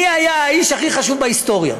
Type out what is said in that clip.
מי היה האיש הכי חשוב בהיסטוריה?